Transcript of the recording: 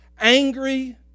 angry